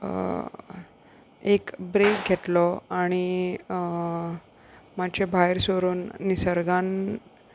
एक ब्रेक घेतलो आनी मातशे भायर सरून निसर्गान